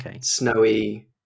snowy